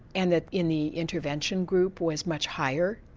and that in the intervention group, was much higher.